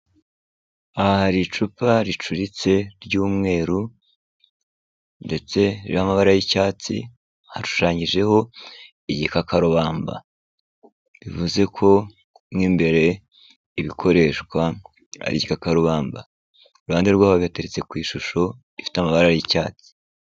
Aha hari icupa ricuritse ry'umweru ndetse ririho amabara y'icyatsi, hashushanyijeho igikakarubamba, bivuze ko mo imbere ibikoreshwa ari igikakarubamba, ku ruhande rwaho gateretse ku ishusho, rifite amabara y'icyatsi.